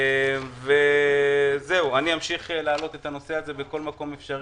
אני אמשיך להעלות את הנושא הזה בכל מקום אפשרי.